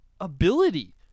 ability